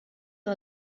our